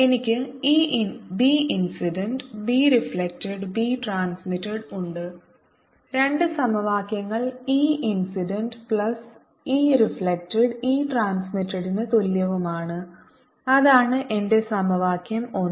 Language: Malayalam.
എനിക്ക് b incident b reflected b transmitted ഉണ്ട് രണ്ട് സമവാക്യങ്ങൾ e incident plus e reflected e ട്രാൻസ്മിറ്റഡ്ന് തുല്യവുമാണ് അതാണ് എന്റെ സമവാക്യം 1